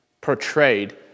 portrayed